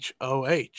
hoh